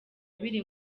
biri